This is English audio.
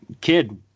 kid